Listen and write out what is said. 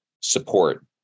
support